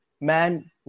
man